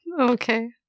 Okay